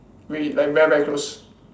wait like very very close